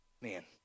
Man